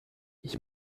ich